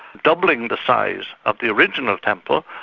doubling the size of the original temple,